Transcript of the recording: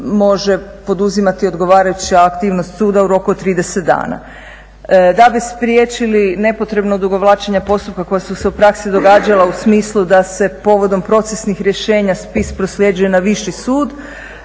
može poduzimati odgovarajuća aktivnost suda u roku od 30 dana. Da bi spriječili nepotrebno odugovlačenje postupka koja su se u praksi događala u smislu da se povodom procesnih rješenja spis prosljeđuje na viši sud